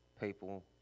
people